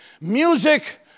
music